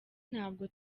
ntabwo